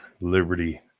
liberty